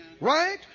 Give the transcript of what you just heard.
Right